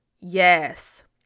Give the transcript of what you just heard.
Yes